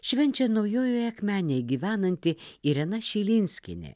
švenčia naujojoje akmenėje gyvenanti irena šilinskienė